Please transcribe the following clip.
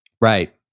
Right